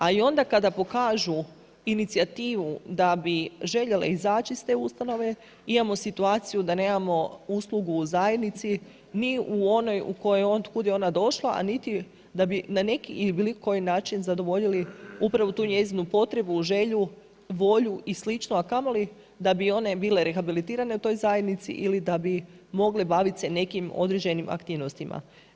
A i onda kada pokažu inicijativu da bi željele izaći iz te ustanove imamo situaciju da nemamo uslugu u zajednici ni u onoj od kud je ona došla, a niti da bi na neki ili bilo koji način zadovoljili upravo tu njezinu potrebu, želju, volju i slično, a kamoli da bi one bile rehabilitirane u toj zajednici ili da bi mogle bavit se nekim određenim aktivnostima.